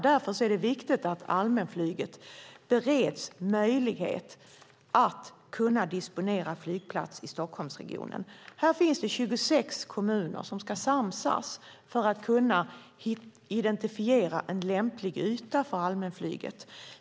Därför är det viktigt att allmänflyget bereds möjlighet att disponera flygplatser i Stockholmsregionen. Här finns det 26 kommuner som ska samsas om att identifiera en lämplig yta för allmänflyget.